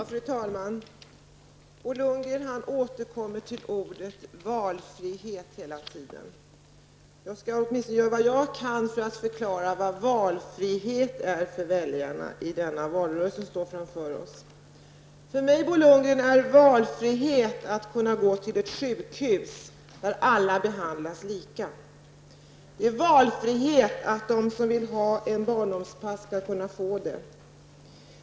Fru talman! Bo Lundgren återkommer hela tiden till ordet valfrihet. Jag skall åtminstone göra vad jag kan för att förklara vad valfrihet är för väljarna i den valrörelse som står framför oss. För mig, Bo Lundgren, är valfrihet att kunna gå till ett sjukhus, där alla behandlas lika. Det är valfrihet att de som vill ha en barnomsorgsplats skall kunna få den.